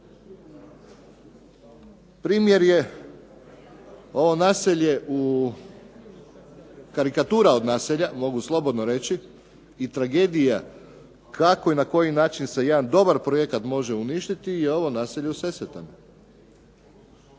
Primjer je ono naselje, karikatura od naselja, mogu slobodno reći i tragedija kako i na koji način se jedan dobar projekat može uništiti je ono naselje u Sesvetama.